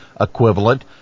equivalent